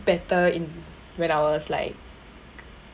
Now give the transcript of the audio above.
better in when I was like